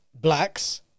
blacks